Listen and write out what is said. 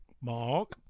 Mark